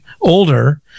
older